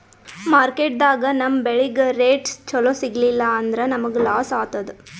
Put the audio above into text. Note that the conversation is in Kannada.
ಮಾರ್ಕೆಟ್ದಾಗ್ ನಮ್ ಬೆಳಿಗ್ ರೇಟ್ ಚೊಲೋ ಸಿಗಲಿಲ್ಲ ಅಂದ್ರ ನಮಗ ಲಾಸ್ ಆತದ್